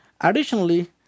Additionally